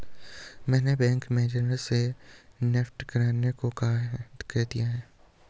मैंने bank manager से NEFT करने को कह दिया है